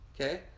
okay